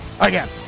Again